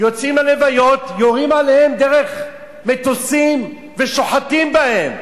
יוצאים ללוויות ויורים עליהם ממטוסים ושוחטים בהם.